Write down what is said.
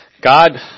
God